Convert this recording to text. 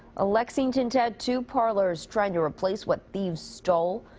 a lexington tattoo parlor is trying to replace what thieves stole.